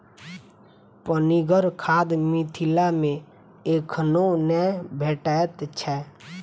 पनिगर खाद मिथिला मे एखनो नै भेटैत छै